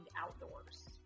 outdoors